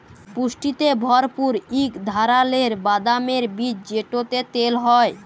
পুষ্টিতে ভরপুর ইক ধারালের বাদামের বীজ যেটতে তেল হ্যয়